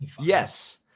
Yes